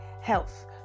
health